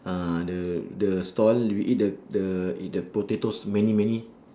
uh the the stall we eat the the eat the potatoes many many